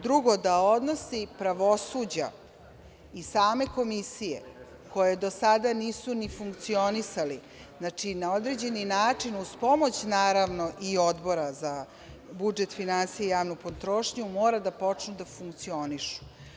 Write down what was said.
Drugo, da odnosi pravosuđa i same komisije koji do sada nisu ni funkcionisali na određeni način, uz pomoć naravno, i Odbora za budžet finansija i javnu potrošnju, mora da počnu da funkcionišu.